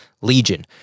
Legion